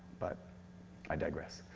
but i digress.